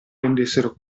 rendessero